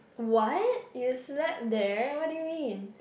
what you slept there what do you mean